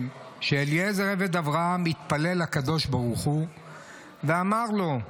שאליעזר עבד אברהם התפלל לקדוש ברוך הוא ואמר לו: